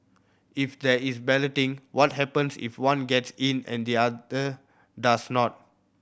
if there is balloting what happens if one gets in and the other does not